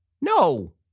No